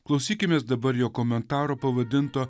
klausykimės dabar jo komentaro pavadinto